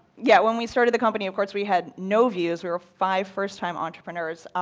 yeah, when we started the company of course we had no views. we were five first-time entrepreneurs.